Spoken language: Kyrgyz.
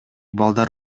балдар